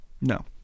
no